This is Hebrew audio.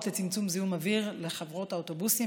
לצמצום זיהום אוויר לחברות האוטובוסים,